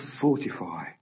fortify